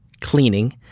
cleaning